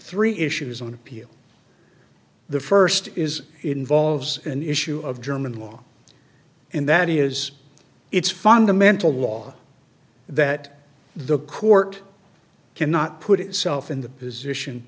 three issues on appeal the first is involves an issue of german law and that is its fundamental law that the court cannot put itself in the position